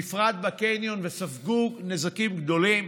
בפרט בקניון, וספגו נזקים גדולים,